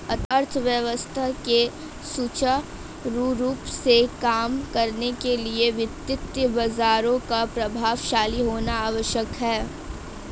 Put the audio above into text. अर्थव्यवस्था के सुचारू रूप से काम करने के लिए वित्तीय बाजारों का प्रभावशाली होना आवश्यक है